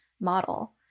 model